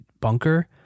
bunker